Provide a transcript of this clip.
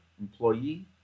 employee